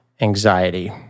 anxiety